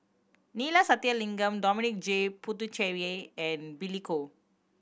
Neila Sathyalingam Dominic J Puthucheary and Billy Koh